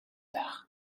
байх